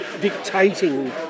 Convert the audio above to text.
dictating